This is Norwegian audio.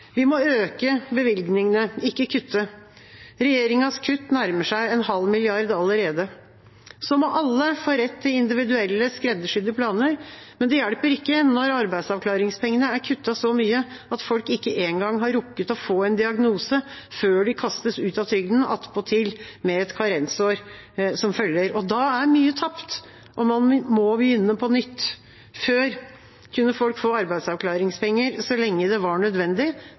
Vi må øke bevilgningene, ikke kutte. Regjeringas kutt nærmer seg allerede en halv milliard kroner. Alle må få rett til individuelle skreddersydde planer, men det hjelper ikke når arbeidsavklaringspengene er kuttet så mye at folk ikke engang har rukket å få en diagnose før de kastes ut av trygden, attpåtil med ett karensår som følger. Da er mye tapt, og man må begynne på nytt. Før kunne folk få arbeidsavklaringspenger så lenge det var nødvendig,